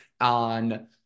on